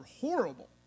horrible